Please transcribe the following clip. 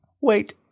wait